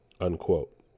unquote